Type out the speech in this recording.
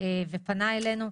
ופנה אלינו.